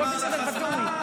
נגמר לך הזמן.